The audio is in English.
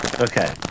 Okay